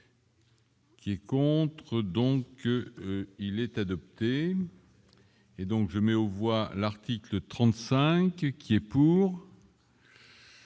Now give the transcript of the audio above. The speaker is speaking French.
Qui est contre, donc il est adopté, et donc je mets aux voix, l'article 35 et qui est pour.